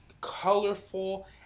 colorful